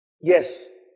Yes